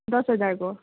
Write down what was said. दस हजारको